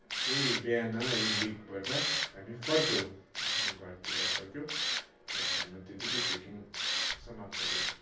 चाहिँ बिहान रिम्बिकबाट हामी फर्क्यौँ आफ्नो घरतिर फर्क्यौँ त्यहाँदेखिको हाम्रो त्यतिकै ट्रेकिङ समाप्त भयो